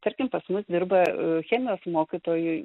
tarkim pas mus dirba chemijos mokytoju